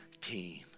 team